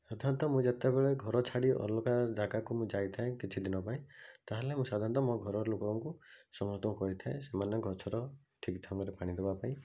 ହଠାତ୍ ମୁଁ ଯେତେବେଳେ ଘରଛାଡ଼ି ଅଲଗା ଜାଗାକୁ ମୁଁ ଯାଇଥାଏ କିଛି ଦିନ ପାଇଁ ତା'ହେଲେ ମୁଁ ସାଧାରଣତଃ ମୋ ଘରର ଲୋକଙ୍କୁ ସମସ୍ତଙ୍କୁ କହିଥାଏ ସେମାନେ ଗଛର ଠିକ୍ ସମୟରେ ପାଣିଦେବା ପାଇଁ